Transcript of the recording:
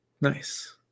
Nice